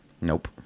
nope